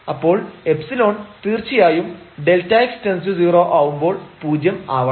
അപ്പോൾ ϵ തീർച്ചയായും Δx→0 ആവുമ്പോൾ പൂജ്യം ആവണം